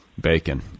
bacon